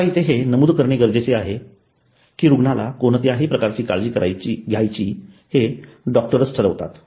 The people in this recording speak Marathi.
आता इथे हे नमूद करणं गरजेचं आहे की रुग्णाला कोणत्या प्रकारची काळजी घ्यायची हे डॉक्टरच ठरवतात